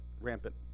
rampant